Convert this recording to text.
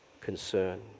concern